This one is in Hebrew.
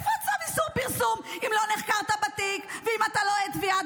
איפה צו איסור הפרסום אם לא נחקרת בתיק ואם אתה לא עד תביעה?